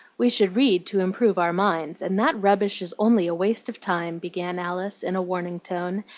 we should read to improve our minds, and that rubbish is only a waste of time, began alice, in a warning tone,